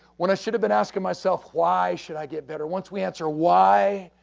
when i should have been asking myself why should i get better? once we answer why,